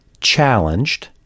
challenged